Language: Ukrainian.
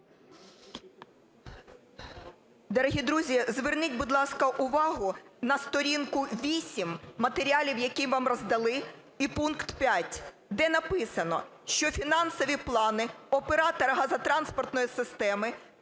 Дорогі друзі, зверніть, будь ласка, увагу на сторінку 8 матеріалів, які вам роздали, і пункт 5, де написано, що "фінансові плани оператора газотранспортної системи